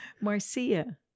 Marcia